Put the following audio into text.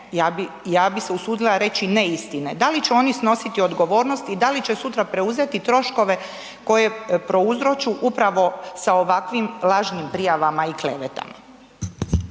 ja bi se usudila reći, neistine. Dali će oni snositi odgovornost i da li će sutra preuzeti troškove koje prouzroču upravo sa ovakvim lažnim prijavama i klevetama?